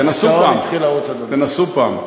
תנסו פעם.